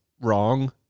wrong